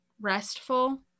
restful